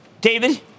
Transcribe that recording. David